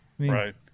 Right